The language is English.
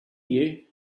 you